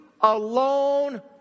alone